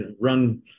run